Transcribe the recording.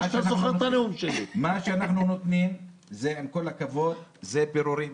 זה פירורים.